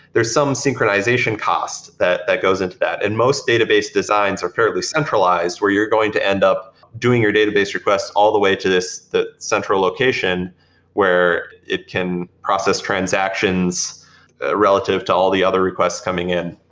there's some synchronization costs that that goes into that, and most database designs are fairly centralized where you're going to end up doing your database requests all the way to the central location where it can process transactions ah relative to all the other requests coming in,